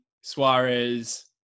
Suarez